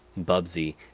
bubsy